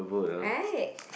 right